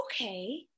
okay